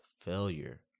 failure